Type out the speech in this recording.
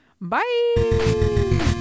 Bye